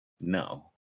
no